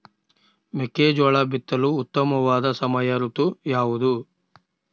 ಮೆಕ್ಕೆಜೋಳ ಬಿತ್ತಲು ಉತ್ತಮವಾದ ಸಮಯ ಋತು ಯಾವುದು?